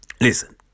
listen